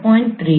47 0